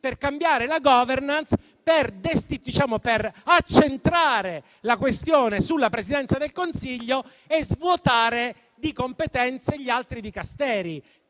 per cambiare la *governance*, per accentrare la questione sulla Presidenza del Consiglio e svuotare di competenze gli altri Dicasteri.